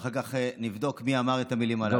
ואחר כך נבדוק מי אמר את המילים הללו.